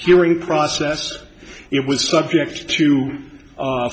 hearing process it was subject to